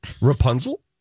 Rapunzel